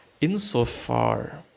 insofar